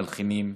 המלחינים,